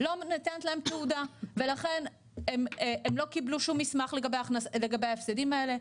לא ניתנת להם תעודה ולכן הם לא קיבלו שום מסמך לגבי ההפסדים האלה,